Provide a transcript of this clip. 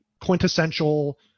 quintessential